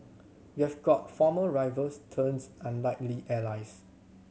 you have got former rivals turned unlikely allies